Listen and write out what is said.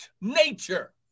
nature